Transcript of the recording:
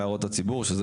הציבור.